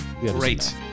Great